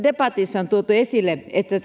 debatissa on tuotu esille että